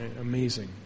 Amazing